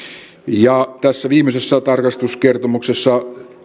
tässä viimeisessä tarkastuskertomuksessa